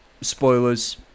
spoilers